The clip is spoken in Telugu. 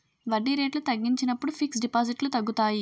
వడ్డీ రేట్లు తగ్గించినప్పుడు ఫిక్స్ డిపాజిట్లు తగ్గుతాయి